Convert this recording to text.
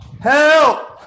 Help